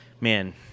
man